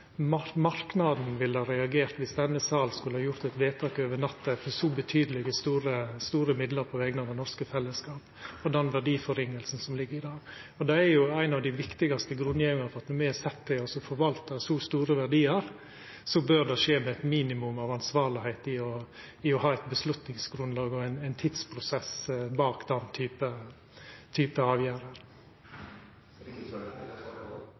marknaden ville reagert viss denne sal skulle gjort eit vedtak over natta om så betydelege, store midlar på vegner av det norske fellesskapet og det verditapet som ligg i det? Det er jo ei av dei viktigaste grunngjevingane for at når me er sette til å forvalta så store verdiar, så bør det skje med eit minimum av ansvarlegheit i å ha eit avgjerdsgrunnlag og ein tidsprosess bak den type